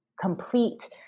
complete